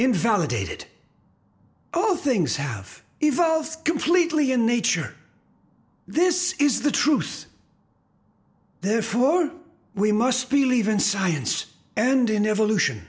invalidated oh things have evolved completely in nature this is the truth therefore we must believe in science and in evolution